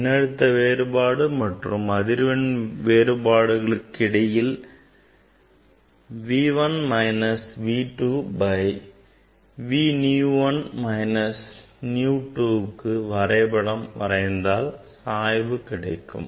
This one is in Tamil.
மின்னழுத்த வேறுபாடு மற்றும் அதிர்வெண்களுக்கு இடையே உள்ள வேறுபாடு V 1 minus V 2 by V nu 1 minus nu 2 க்கு வரைபடம் வரைந்தால் சாய்வு கிடைக்கும்